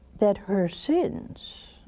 that her sins,